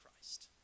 christ